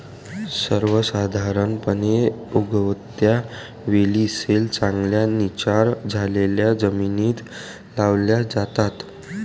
सर्वसाधारणपणे, उगवत्या वेली सैल, चांगल्या निचरा झालेल्या जमिनीत लावल्या जातात